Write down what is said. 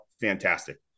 fantastic